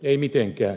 ei mitenkään